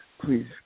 please